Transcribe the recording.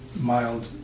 mild